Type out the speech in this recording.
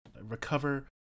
recover